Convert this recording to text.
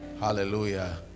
Hallelujah